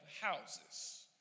houses